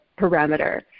parameter